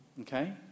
okay